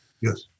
Yes